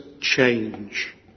change